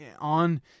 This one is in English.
on